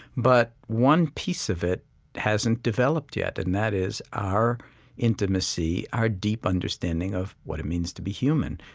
but one piece of it hasn't developed yet and that is our intimacy, our deep understanding of what it means to be human.